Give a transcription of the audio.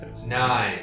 Nine